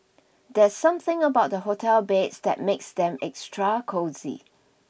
there's something about the hotel beds that makes them extra cosy